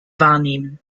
wahrnehmen